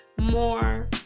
more